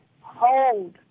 hold